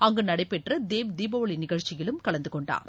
அங்கு நடைபெற்ற தேவ் தீபஒளி நிகழ்ச்சியிலும் கலந்து கொண்டார்